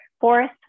fourth